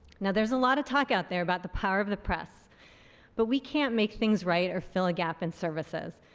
now there's a lot of talk out there about the power of the press but we can't make things right or fill a gap in services.